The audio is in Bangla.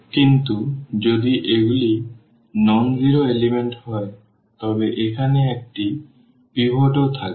কিন্তু যদি এগুলি অ শূন্য উপাদান হয় তবে এখানে একটি পিভটও থাকবে